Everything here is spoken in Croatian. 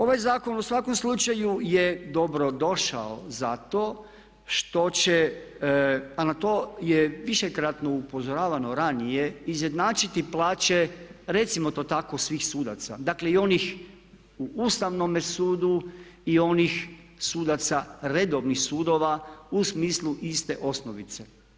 Ovaj zakon u svakom slučaju je dobro došao zato što će, a na to je višekratno upozoravano ranije izjednačiti plaće recimo to tako svih sudaca, dakle i onih u Ustavnome sudu, i onih sudaca redovnih sudova u smislu iste osnovice.